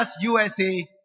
USA